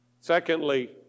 Secondly